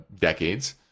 decades